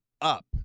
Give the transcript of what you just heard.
up